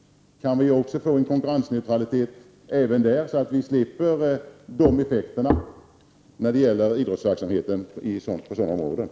Kan man få konkurrensneutralitet även där, så att idrottsverksamheten slipper sådana effekter?